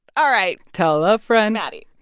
all right tell a friend maddy.